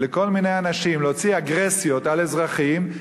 וכל מיני אנשים להוציא אגרסיות על אזרחים,